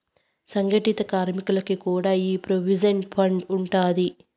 సంగటిత కార్మికులకి కూడా ఈ ప్రోవిడెంట్ ఫండ్ ఉండాది